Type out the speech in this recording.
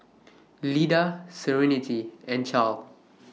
Lida Serenity and Charle